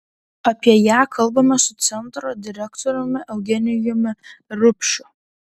apie ją kalbamės su centro direktoriumi eugenijumi rupšiu